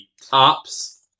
Tops